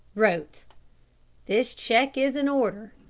wrote this cheque is in order.